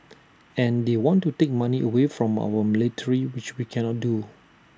and they want to take money away from our military which we cannot do